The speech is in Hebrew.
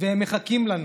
והם מחכים לנו,